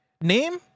Name